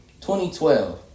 2012